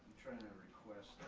trying to request.